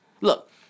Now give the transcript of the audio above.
Look